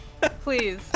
Please